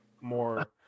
more